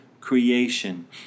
creation